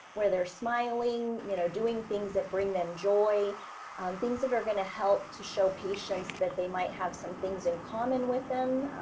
whether they're smiling, you know, doing things that bring them joy things that are going to help to show patients that they might have some things in common with them.